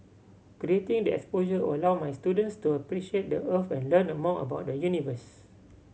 creating the exposure will allow my students to appreciate the Earth and learn more about the universe